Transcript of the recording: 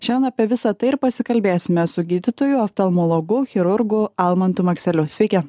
šiandien apie visa tai ir pasikalbėsime su gydytoju oftalmologu chirurgu almantu makseliu sveiki